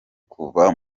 kuva